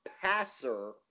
passer